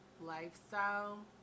lifestyle